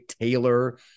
Taylor